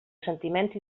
sentiment